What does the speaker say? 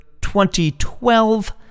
2012